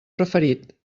preferit